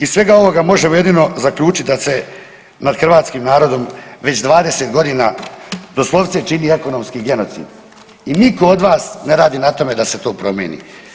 Iz svega ovoga možemo jedino zaključit da se nad hrvatskim narodom već 20.g. doslovce čini ekonomski genocid i nitko od vas ne radi na tome da se to promijeni.